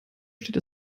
steht